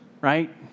right